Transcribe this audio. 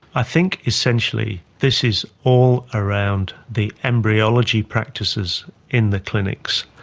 i think essentially this is all around the embryology practices in the clinics.